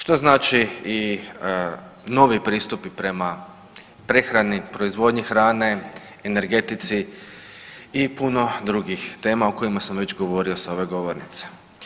Što znači i novi pristupi prema prehrani, proizvodnji hrane, energetici i puno drugih tema o kojima sam već govorio s ove govornice.